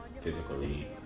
physically